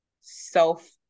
self